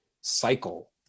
cycle